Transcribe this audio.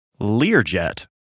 Learjet